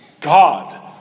God